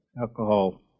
alcohol